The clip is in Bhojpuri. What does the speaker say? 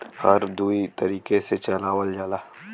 हर दुई तरीके से चलावल जाला